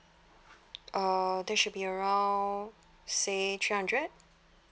uh that should be around say three hundred